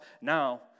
Now